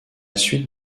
suite